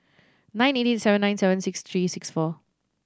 nine eight eight seven nine seven six three six four